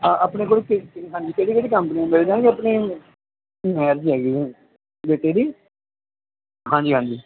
ਆਪਣੇ ਕੋਲ ਹਾਂਜੀ ਕਿਹੜੀ ਕੰਪਨੀ ਮਿਲ ਜਾਣ ਆਪਣੀ ਹੈਗੀ ਬੇਟੇ ਦੀ ਹਾਂਜੀ ਹਾਂਜੀ